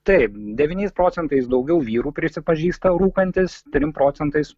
taip devyniais procentais daugiau vyrų prisipažįsta rūkantys trim procentais